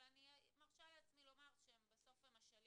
אבל אני מרשה לעצמי לומר שהם השליח.